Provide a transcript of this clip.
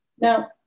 Now